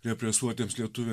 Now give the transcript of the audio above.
represuotiems lietuviam